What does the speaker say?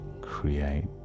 create